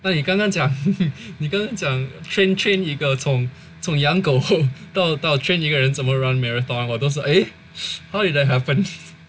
那你刚刚讲你刚刚讲 train 一个从养狗后到了到 train 一个人怎么 run marathon 我都是 eh how did that happened